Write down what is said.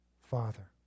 Father